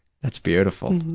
that's beautiful.